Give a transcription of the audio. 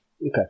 Okay